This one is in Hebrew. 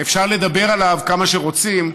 אפשר לדבר עליו כמה שרוצים,